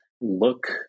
look